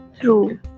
True